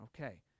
Okay